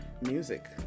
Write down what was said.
music